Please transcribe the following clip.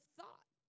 thought